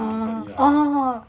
orh orh